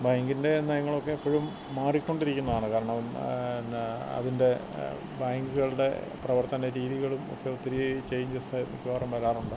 ബാങ്കിന്റെ നയങ്ങളൊക്കെ എപ്പോഴും മാറിക്കൊണ്ടിരിക്കുന്നതാണ് കാരണം എന്നാ അതിന്റെ ബാങ്ക്കളുടെ പ്രവര്ത്തന രീതികളും ഒക്കെ ഒത്തിരി ചേഞ്ചസ് മിക്കവാറും വരാറുണ്ട്